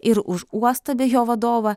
ir už uostą bei jo vadovą